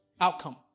outcome